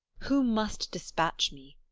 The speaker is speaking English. who must despatch me?